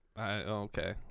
Okay